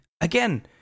again